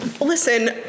listen